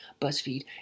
BuzzFeed